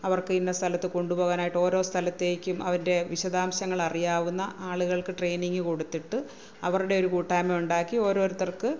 അവർക്ക് ഇന്ന സ്ഥലത്ത് കൊണ്ടുപോകാനായിട്ട് ഓരോ സ്ഥലത്തേക്കും അവരുടെ വിശദംശങ്ങൾ അറിയാവുന്ന ആളുകൾക്ക് ട്രെയിനിങ് കൊടുത്തിട്ട് അവരുടെ ഒരു കൂട്ടായ്മ ഉണ്ടാക്കി ഓരോരുത്തർക്ക്